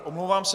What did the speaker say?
Omlouvám se.